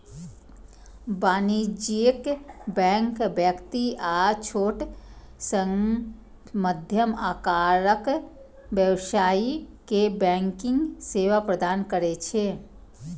वाणिज्यिक बैंक व्यक्ति आ छोट सं मध्यम आकारक व्यवसायी कें बैंकिंग सेवा प्रदान करै छै